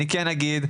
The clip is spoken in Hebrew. אני כן אגיד,